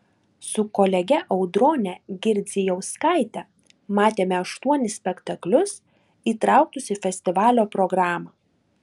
su kolege audrone girdzijauskaite matėme aštuonis spektaklius įtrauktus į festivalio programą